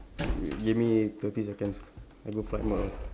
wait give me thirty seconds I go flight mode